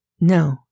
No